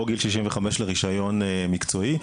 או גיל 65 לרישיון מקצועי,